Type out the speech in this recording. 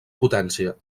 potència